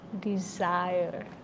desire